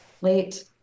late